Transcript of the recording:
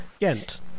Gent